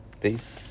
Peace